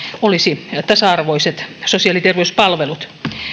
olisi tasa arvoiset sosiaali ja terveyspalvelut